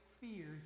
fears